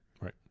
Right